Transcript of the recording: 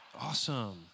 awesome